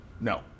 No